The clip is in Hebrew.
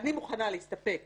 אני מוכנה להסתפק